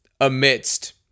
amidst